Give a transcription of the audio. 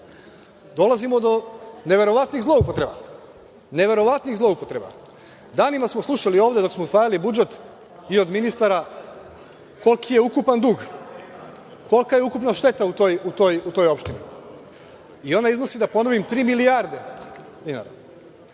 dolazimo do neverovatnih zloupotreba. Danima smo slušali ovde dok smo usvajali budžet i od ministara koliki je ukupan dug, kolika je ukupna šteta u toj opštini. Ona iznosi, da ponovim, tri milijarde